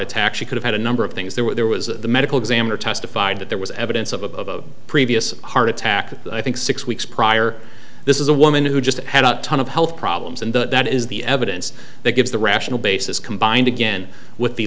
attack she could have had a number of things there were there was the medical examiner testified that there was evidence of a previous heart attack i think six weeks prior this is a woman who just had a ton of health problems and that is the evidence that gives the rational basis combined again with the